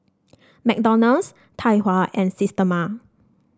McDonald's Tai Hua and Systema